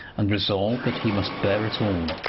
and resolved that he must bear it all.